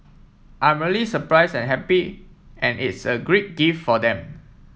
I'm really surprise and happy and it's a great gift for them